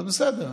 אז בסדר.